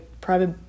private